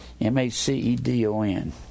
m-a-c-e-d-o-n